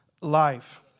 life